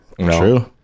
True